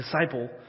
disciple